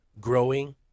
growing